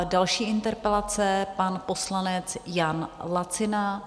Další interpelace pan poslanec Jan Lacina.